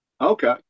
Okay